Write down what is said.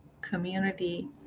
community